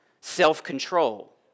self-control